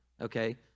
Okay